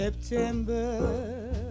September